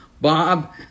Bob